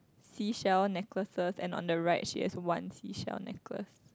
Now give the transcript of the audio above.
seashells necklaces and one the right she has one seashell necklace